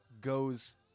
goes